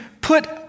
put